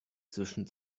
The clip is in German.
zwischen